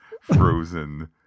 frozen